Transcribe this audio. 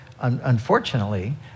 unfortunately